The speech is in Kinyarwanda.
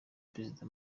perezida